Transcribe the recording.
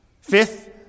Fifth